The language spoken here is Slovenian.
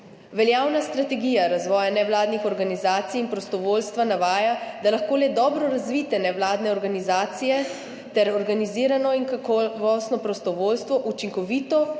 Veljavna strategija razvoja nevladnih organizacij in prostovoljstva navaja, da se lahko le dobro razvite nevladne organizacije ter organizirano in kakovostno prostovoljstvo učinkovito,